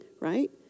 right